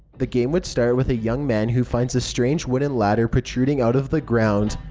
the game would start with a young man who finds a strange wooden ladder protruding out of the ground.